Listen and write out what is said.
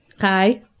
Hi